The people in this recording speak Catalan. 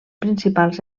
principals